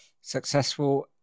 successful